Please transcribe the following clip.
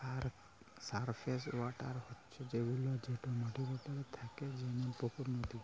surface water হছে সেগুলা যেট মাটির উপরে থ্যাকে যেমল পুকুর, লদী